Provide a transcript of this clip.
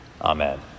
Amen